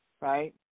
right